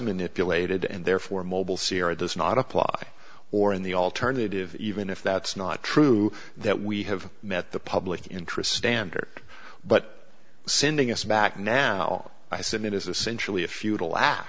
manipulated and therefore mobile sirrah does not apply or in the alternative even if that's not true that we have met the public interest standard but sending us back now i submit is essentially a futile